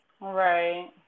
Right